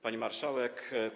Pani Marszałek!